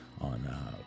on